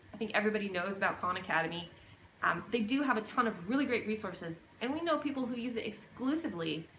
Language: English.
i think everybody knows about khan academy um they do have a ton of really great resources and we know people who use it exclusively.